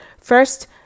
first